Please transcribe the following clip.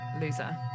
loser